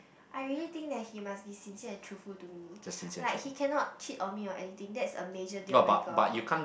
I really think that he must be sincere and truthful to me like he cannot cheat on me or anything that's a major deal breaker